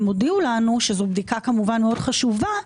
הם הודיעו לנו שזו בדיקה כמובן מאוד חשובה,